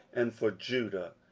and for judah.